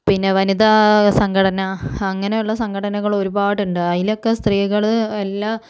പിന്നെ വനിതാ സംഘടന അങ്ങനെയുള്ള സംഘടനകള് ഒരുപാടുണ്ട് അതിലൊക്കെ സ്ത്രീകള് എല്ലാ